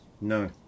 No